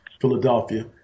Philadelphia